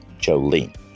Jolene